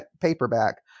paperback